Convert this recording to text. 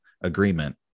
agreement